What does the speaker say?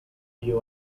you